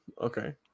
Okay